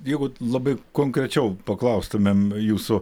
jeigu labai konkrečiau paklaustumėm jūsų